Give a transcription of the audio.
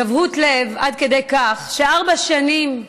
גבהות לב עד כדי כך שארבע שנים,